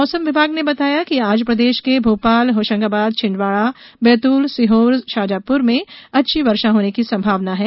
मौसम विभाग ने बताया कि आज प्रदेश के भोपाल होशंगाबाद छिंदवाड़ा बैतूल सीहोर शाजापुर में अच्छी वर्षा होने की संभावना है